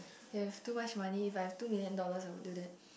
you have too much money if I two million dollars I will do that